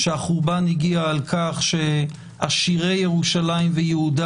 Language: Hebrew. שהחורבן הגיע על כך שעשירי ירושלים ויהודה